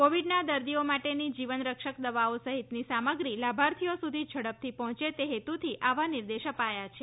કોવિડના દર્દીઓ માટેની જીવનરક્ષક દવાઓ સહિતની સામગ્રી લાભાર્થીઓ સુધી ઝડપથી પહોંચે તે હેતુથી આવા નિર્દેશ અપાયા છે